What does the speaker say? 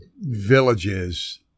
villages